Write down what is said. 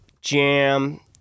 Jam